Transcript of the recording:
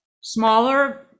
smaller